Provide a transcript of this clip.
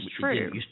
true